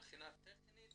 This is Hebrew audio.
מבחינה טכנית